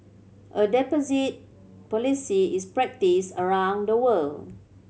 a deposit policy is practised around the world